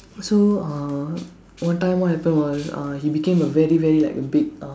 so uh one time what happened was uh he became a very very like big uh